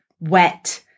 wet